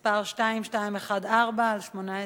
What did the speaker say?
מס' פ/2214/18,